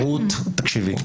תני לי להשלים.